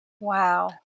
Wow